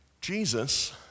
Jesus